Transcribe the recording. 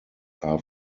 are